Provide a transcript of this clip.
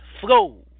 flow